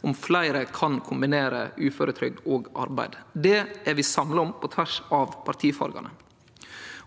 om fleire kan kombinere uføretrygd og arbeid. Det er vi samla om på tvers av partifargane.